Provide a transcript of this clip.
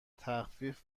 تخفیف